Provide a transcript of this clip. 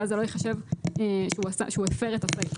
ואז זה לא ייחשב שהוא הפר את הסעיף הזה.